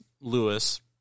Lewis